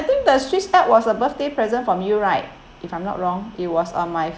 I think the swiss alps was a birthday present from you right if I'm not wrong it was on my